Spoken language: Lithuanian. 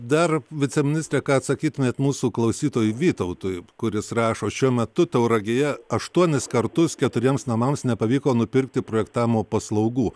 dar viceministre ką atsakytumėt mūsų klausytojui vytautui kuris rašo šiuo metu tauragėje aštuonis kartus keturiems namams nepavyko nupirkti projektavimo paslaugų